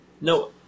No